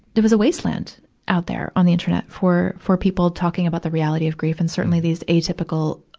it was a wasteland out there on the internet for, for people talking about the reality of grief, and certainly these atypical,